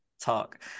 Talk